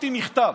כתבתי מכתב,